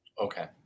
Okay